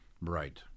Right